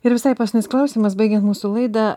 ir visai pas mus klausimas baigiant mūsų laidą